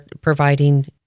providing